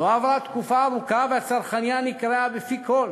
לא עברה תקופה ארוכה, והצרכנייה נקראה בפי כול